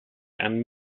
and